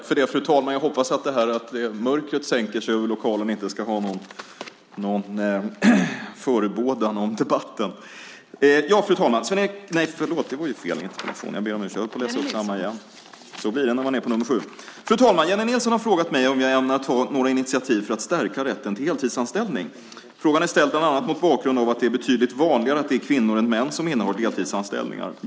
Fru talman! Jennie Nilsson har frågat mig om jag ämnar ta några initiativ för att stärka rätten till heltidsanställning. Frågan är ställd bland annat mot bakgrund av att det är betydligt vanligare att det är kvinnor än män som innehar deltidsanställningar.